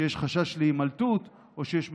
כשיש חשש להימלטות או שיש מסוכנות.